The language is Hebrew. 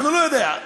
אנחנו לא יודעים.